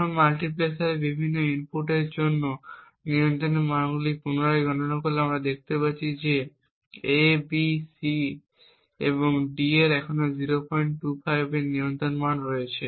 এখন মাল্টিপ্লেক্সারে এই বিভিন্ন ইনপুটগুলির জন্য নিয়ন্ত্রণের মানগুলি পুনরায় গণনা করলে আমরা দেখতে পাচ্ছি যে A B C এবং D এর এখনও 025 এর নিয়ন্ত্রণ মান রয়েছে